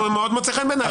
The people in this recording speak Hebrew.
מאוד מוצא חן בעיניי,